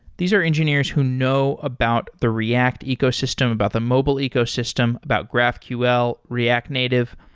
these are engineers who know about the react ecosystem, about the mobile ecosystem, about graphql, react native.